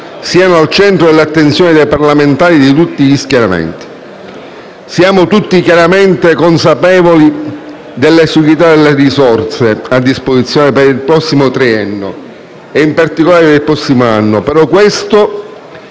Siamo tutti chiaramente consapevoli dell'esiguità delle risorse a disposizione per il prossimo triennio e in particolare per il prossimo anno. Questo,